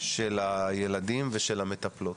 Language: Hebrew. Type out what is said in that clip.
של הילדים ושל המטפלות,